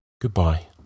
goodbye